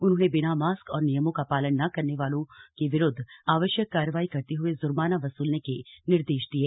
उन्होंने बिना मास्क और नियमों का पालन न करने वालों के विरुद्व आवश्यक कार्रवाई करते हुए जुर्माना वसूलने के निर्देश दिये